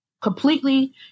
completely